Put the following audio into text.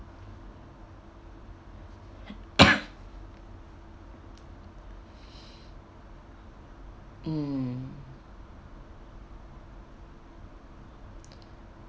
mm